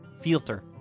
Filter